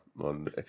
on